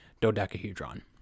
dodecahedron